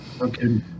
Okay